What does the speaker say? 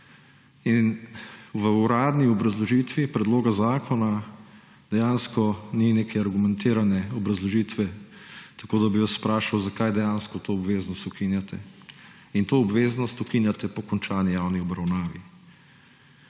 V uradni obrazložitvi predloga zakona dejansko ni neke argumentirane obrazložitve, tako da bi vprašal, zakaj dejansko to obveznost ukinjate, in to obveznost ukinjate po končani javni obravnavi.